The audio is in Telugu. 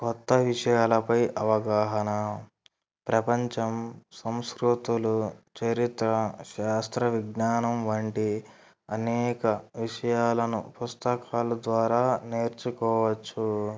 కొత్త విషయాలపై అవగాహన ప్రపంచం సంస్కృతులు చరిత్ర శాస్త్ర విజ్ఞానం వంటి అనేక విషయాలను పుస్తకలు ద్వారా నేర్చుకోవచ్చు